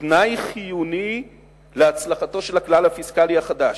תנאי חיוני להצלחתו של הכלל הפיסקלי החדש.